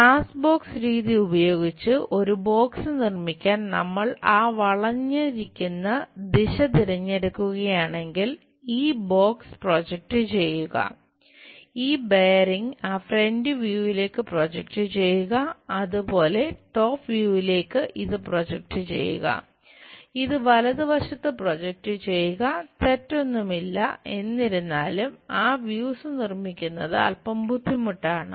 glass box നിർമ്മിക്കുന്നത് അൽപ്പം ബുദ്ധിമുട്ടാണ്